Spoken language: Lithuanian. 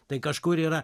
tai kažkur yra